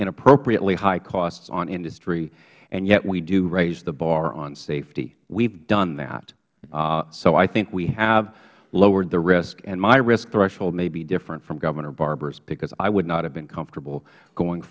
inappropriately high costs on industry and yet we do raise the bar on safety we have done that so i think we have lowered the risk and my risk threshold may be different from governor barbour's because i would not have been comfortable going